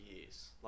years